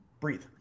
breathe